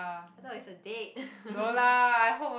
I thought it's a date